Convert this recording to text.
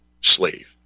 slave